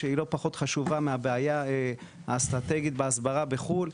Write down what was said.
שהיא לא פחות חשובה מהבעיה האסטרטגית בהסברה בחו"ל,